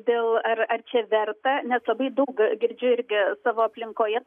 dėl ar ar čia verta nes labai daug girdžiu irgi savo aplinkoje